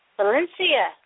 Valencia